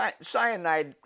cyanide